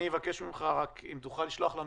אני אבק ממך רק אם תוכל לשלוח לנו,